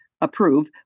approve